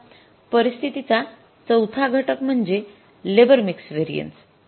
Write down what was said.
आता परिस्थितीचा चौथा घटक म्हणजे लेबर मिक्स व्हेरिएन्सेस